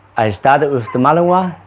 i started with the malinois,